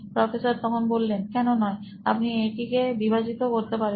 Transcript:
professor কেন নয় আপনি এটিকে বিভাজিতও করতে পারেন